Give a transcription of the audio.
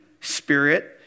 Spirit